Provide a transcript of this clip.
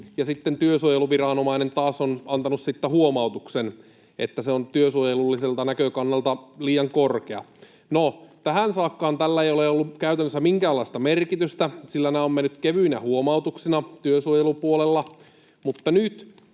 työsuojeluviranomainen taas on antanut huomautuksen, että se on työsuojelulliselta näkökannalta liian korkea. No, tähän saakkahan tällä ei ole ollut käytännössä minkäänlaista merkitystä, sillä nämä ovat menneet kevyinä huomautuksina työsuojelupuolella,